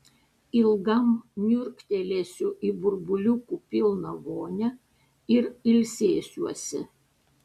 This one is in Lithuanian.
ilgam niurktelėsiu į burbuliukų pilną vonią ir ilsėsiuosi